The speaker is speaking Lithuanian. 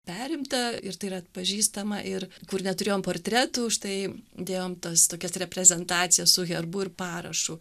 perimta ir tai yra atpažįstama ir kur neturėjom portretų štai dėjom tas tokias reprezentacijas su herbu ir parašu